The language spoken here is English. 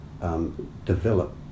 develop